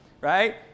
right